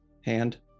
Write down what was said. hand